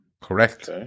Correct